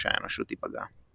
שהאנושות תיפגע.